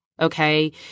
Okay